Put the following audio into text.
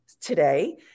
today